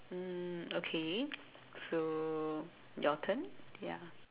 um okay so your turn ya